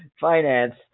finance